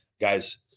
guys